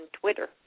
Twitter